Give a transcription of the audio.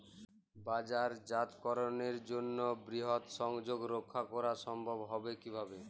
বাজারজাতকরণের জন্য বৃহৎ সংযোগ রক্ষা করা সম্ভব হবে কিভাবে?